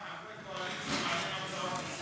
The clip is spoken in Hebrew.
אז אנחנו אפילו לא מצביעים.